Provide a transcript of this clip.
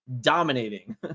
dominating